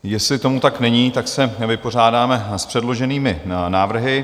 Jestli tomu tak není, tak se vypořádáme s předloženými návrhy.